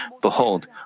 Behold